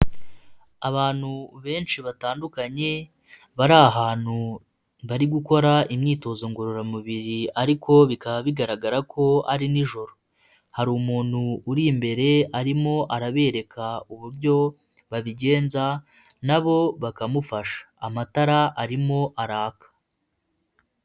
Abantu benshi batandukanye, bari ahantu bari gukora imyitozo ngororamubiri ariko bikaba bigaragara ko ari nijoro. Hari umuntu uri imbere arimo arabereka uburyo babigenza nabo bakamufasha. Amatara arimo araka.